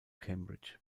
cambridge